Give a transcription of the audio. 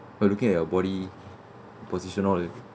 oh looking at your body position all